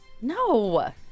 No